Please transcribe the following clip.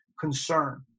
concern